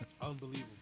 Unbelievable